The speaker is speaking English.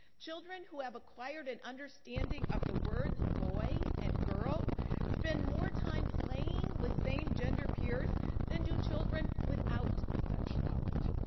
children who have acquired an understanding of the words boy and girl spend more time playing with same gender peers than do children without such knowledge.